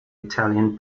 italian